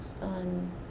On